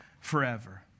forever